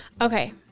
Okay